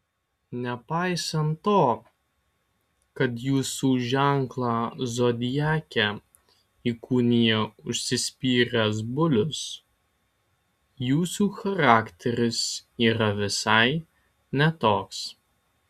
nepaisant to kad jūsų ženklą zodiake įkūnija užsispyręs bulius jūsų charakteris yra visai ne toks